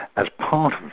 as part